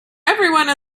everyone